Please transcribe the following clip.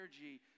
energy